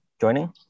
joining